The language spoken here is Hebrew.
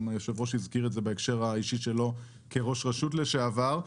גם היו"ר הזכיר את זה בהקשר האישי שלו כיו"ר רשות לשעבר.